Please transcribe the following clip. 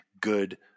good